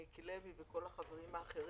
מיקי לוי וכל החברים האחרים.